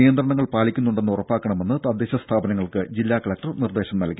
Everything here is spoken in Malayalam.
നിയന്ത്രണങ്ങൾ പാലിക്കുന്നുണ്ടെന്ന് ഉറപ്പാക്കണമെന്ന് തദ്ദേശ സ്ഥാപനങ്ങൾക്ക് ജില്ലാ കളക്ടർ നിർദ്ദേശം നൽകി